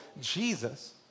Jesus